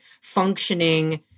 functioning